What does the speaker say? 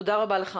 תודה רבה לך.